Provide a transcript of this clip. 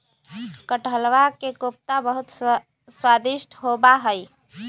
कटहलवा के कोफ्ता बहुत स्वादिष्ट होबा हई